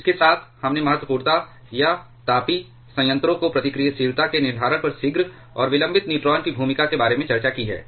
इसके साथ हमने महत्वपूर्णता या तापीय संयंत्रों की प्रतिक्रियाशीलता के निर्धारण पर शीघ्र और विलंबित न्यूट्रॉन की भूमिका के बारे में चर्चा की है